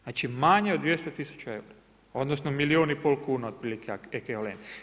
Znači manje od 200 000 eura, odnosno milijun i pol kuna otprilike ekvivalent.